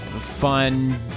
Fun